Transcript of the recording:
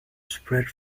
spread